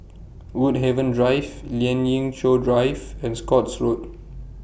Woodhaven Drive Lien Ying Chow Drive and Scotts Road